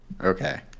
Okay